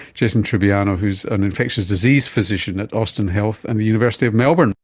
jason trubiano who's an infectious disease physician at austin health and the university of melbourne